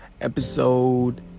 Episode